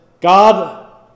God